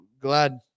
Glad